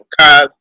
cars